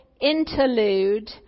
interlude